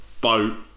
boat